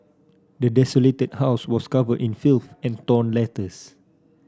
the desolated house was covered in filth and torn letters